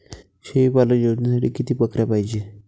शेळी पालन योजनेसाठी किती बकऱ्या पायजे?